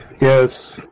Yes